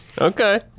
Okay